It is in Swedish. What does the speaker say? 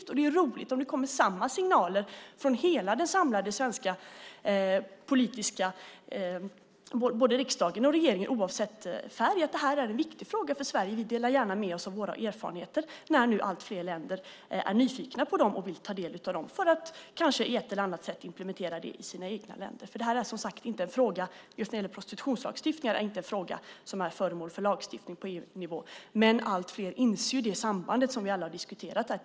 Det skulle vara roligt om det kom samma signaler från både riksdagen och regeringen, oavsett färg, om att det här är en viktig fråga för Sverige. Vi delar gärna med oss av våra erfarenheter när nu allt fler länder är nyfikna på dem och vill ta del av dem för att kanske på ett eller annat sätt implementera detta i sina egna länder. Det här är som sagt inte en fråga just när det gäller prostitutionslagstiftningen, inte en fråga som är föremål för lagstiftning på EU-nivå. Men allt fler inser ju det samband som vi alla diskuterat här.